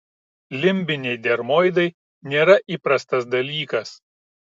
limbiniai dermoidai nėra įprastas dalykas